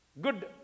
good